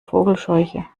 vogelscheuche